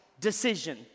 decision